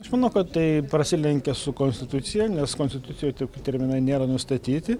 aš manau kad tai prasilenkia su konstitucija nes konstitucijoj taip terminai nėra nustatyti